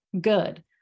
Good